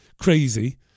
crazy